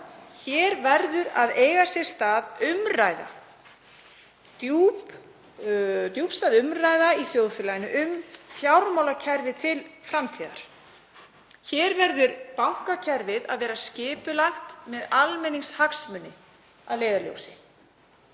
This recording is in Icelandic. Hér verður að eiga sér stað umræða, djúpstæð umræða í þjóðfélaginu um fjármálakerfið til framtíðar. Hér verður bankakerfið að vera skipulagt með almenningshagsmuni að leiðarljósi.